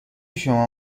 شما